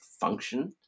function